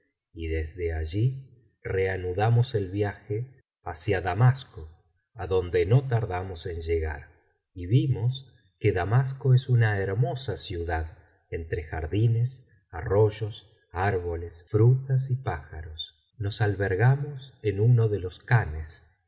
y desde allí reanudamos el viaje hacia damasco adonde no tardamos en llegar y vimos que damasco es una hermosa ciudad entre jardines arroyos árboles frutas y pájaros nos albergamos eij uno de los khanes